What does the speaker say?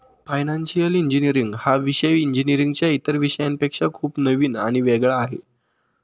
financial engineering हा विषय इंजिनीअरिंगच्या इतर विषयांपेक्षा खूप नवीन आणि वेगळा आहे